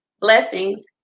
Blessings